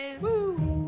Woo